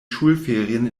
schulferien